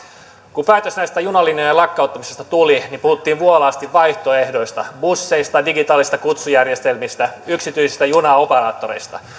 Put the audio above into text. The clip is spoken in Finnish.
kun päätös näistä junalinjojen lakkauttamisista tuli niin puhuttiin vuolaasti vaihtoehdoista busseista digitaalisista kutsujärjestelmistä yksityisistä junaoperaattoreista